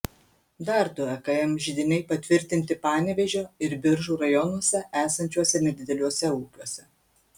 dar du akm židiniai patvirtinti panevėžio ir biržų rajonuose esančiuose nedideliuose ūkiuose